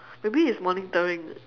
maybe it's monitoring